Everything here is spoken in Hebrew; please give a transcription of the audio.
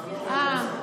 לא,